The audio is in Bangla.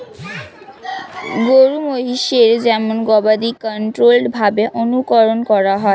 গরু মহিষের যেমন গবাদি কন্ট্রোল্ড ভাবে অনুকরন করা হয়